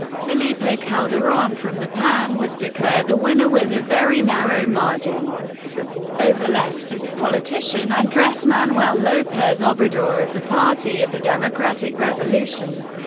felipe ah calderon from the pan was declared the winner, with a very narrow margin over leftist politician andres manuel lopez obrador of the party of the democratic revolution.